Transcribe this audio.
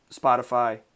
Spotify